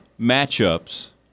matchups